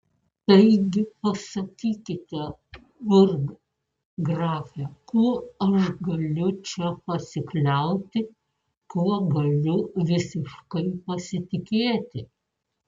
taigi pasakykite burggrafe kuo aš galiu čia pasikliauti kuo galiu visiškai pasitikėti